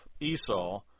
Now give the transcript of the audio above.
Esau